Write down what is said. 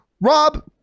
Rob